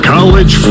College